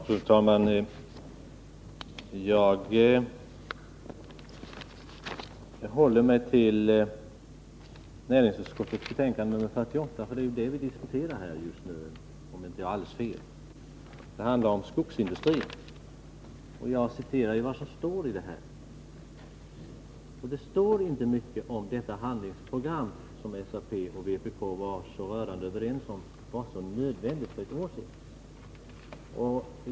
Fru talman! Jag håller mig till näringsutskottets betänkande nr 48, för det är ju det vi diskuterar i dag. Det handlar om skogsindustrin. Jag citerade vad som står i det här betänkandet, och det står inte mycket om nödvändigheten av det handlingsprogram som SAP och vpk var så rörande överens om för ett år sedan.